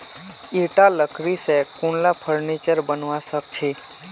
ईटा लकड़ी स कुनला फर्नीचर बनवा सख छ